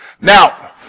Now